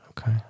Okay